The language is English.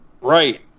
Right